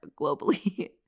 globally